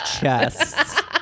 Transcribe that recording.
chest